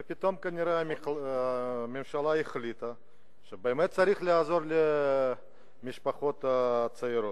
וכנראה פתאום הממשלה החליטה שבאמת צריך לעזור למשפחות הצעירות.